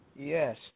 Yes